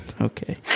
okay